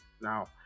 Now